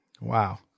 Wow